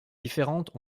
différentes